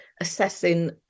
assessing